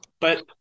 But-